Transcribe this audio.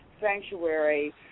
sanctuary